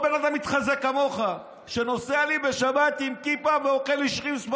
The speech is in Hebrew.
בן אדם מתחזה כמוך שנוסע בשבת עם כיפה ואוכל שרימפס ביד.